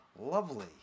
lovely